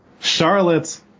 Charlotte